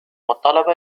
الطلبة